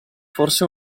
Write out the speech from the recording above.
forse